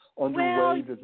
underway